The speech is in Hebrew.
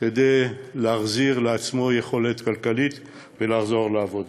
כדי להחזיר לעצמו יכולת כלכלית ולחזור לעבודה.